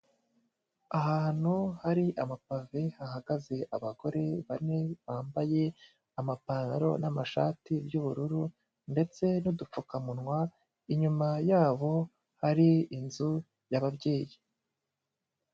Ahantu hari amapave hahagaze abagore bane bambaye amapantaro n'amashati by'ubururu ndetse n'udupfukamunwa, inyuma ya bo hari inzu y'ababyeyi.